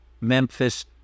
Memphis